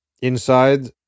Inside